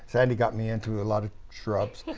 sandy got me into a lot of shrubs,